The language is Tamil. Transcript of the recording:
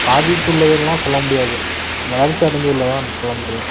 பாதித்துள்ளதுன்னுலாம் சொல்ல முடியாது வளர்ச்சி அடைந்துள்ளது தான் சொல்ல முடியும்